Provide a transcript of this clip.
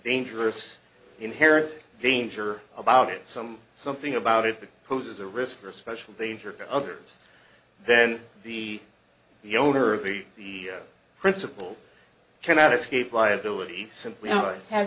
dangerous inherent danger about it some something about it but poses a risk or special danger to others then the the owner of the principal cannot escape liability simply i have